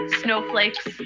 snowflakes